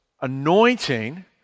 Anointing